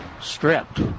stripped